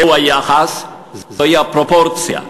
זהו היחס, זוהי הפרופורציה.